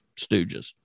stooges